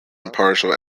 impartial